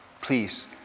Please